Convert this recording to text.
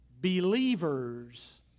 Believers